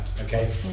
okay